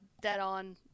dead-on